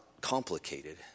complicated